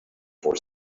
for